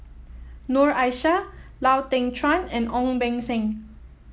Noor Aishah Lau Teng Chuan and Ong Beng Seng